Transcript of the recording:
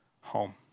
home